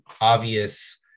obvious